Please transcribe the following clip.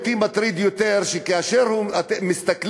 אותי מטריד יותר שכאשר מסתכלים,